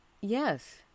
Yes